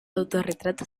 autorretrato